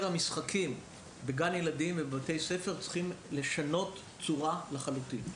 המשחקים בגן הילדים ובבתי הספר צריכה לשנות צורה לחלוטין.